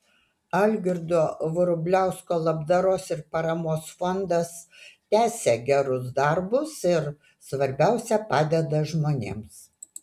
algirdo vrubliausko labdaros ir paramos fondas tęsia gerus darbus ir svarbiausia padeda žmonėms